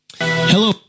hello